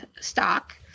stock